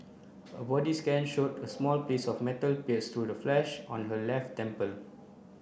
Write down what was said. a body scan showed a small piece of metal pierced through the flesh on her left temple